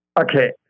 Okay